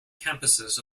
campuses